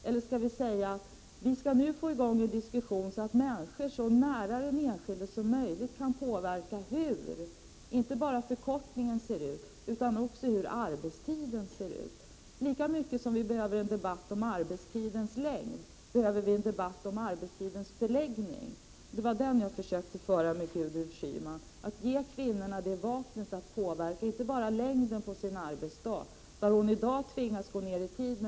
Eller skall vi säga: Vi skall nu få i gång en diskussion så att människor, så nära den enskilde som möjligt, kan påverka inte bara hur förkortningen ser ut utan också hur arbetstiden förläggs. Lika väl som vi behöver en debatt om arbetstidens längd behöver vi en debatt om arbetstidens förläggning. Det var den debatten jag försökte föra med Gudrun Schyman. Kvinnor tvingas i dag att gå ner i arbetstid men får stå för hela den ekonomiska konsekvensen själva.